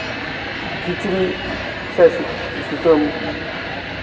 ᱠᱤᱪᱨᱤᱡ ᱥᱮ ᱥᱩᱛᱟᱹᱢ